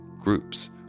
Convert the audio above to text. Groups